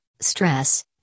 stress